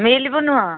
ନୁହଁ